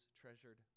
treasured